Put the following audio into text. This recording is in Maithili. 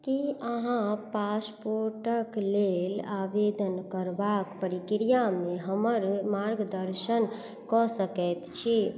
कि अहाँ पासपोर्टके लेल आवेदन करबाक प्रक्रियामे हमर मार्गदर्शन कऽ सकै छी